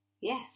Yes